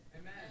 Amen